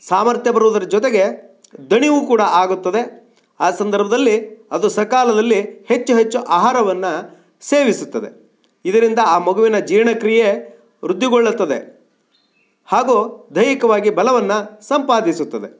ಸಾಮರ್ಥ್ಯ ಬರುವುದರ ಜೊತೆಗೆ ದಣಿವೂ ಕೂಡ ಆಗುತ್ತದೆ ಆ ಸಂದರ್ಭದಲ್ಲಿ ಅದು ಸಕಾಲದಲ್ಲಿ ಹೆಚ್ಚು ಹೆಚ್ಚು ಆಹಾರವನ್ನು ಸೇವಿಸುತ್ತದೆ ಇದರಿಂದ ಆ ಮಗುವಿನ ಜೀರ್ಣಕ್ರಿಯೆ ವೃದ್ಧಿಗೊಳ್ಳುತ್ತದೆ ಹಾಗೂ ದೈಹಿಕವಾಗಿ ಬಲವನ್ನು ಸಂಪಾದಿಸುತ್ತದೆ